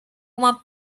uma